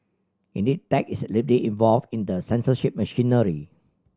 indeed tech is deeply involved in the censorship machinery